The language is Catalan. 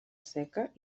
seca